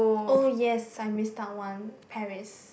oh yes I missed out one Paris